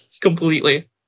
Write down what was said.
completely